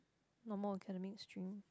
normal academic stream